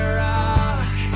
rock